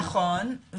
נכון,